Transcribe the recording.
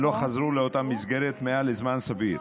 ולא חזרו לאותה מסגרת מעל לזמן סביר,